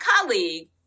colleague